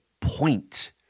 point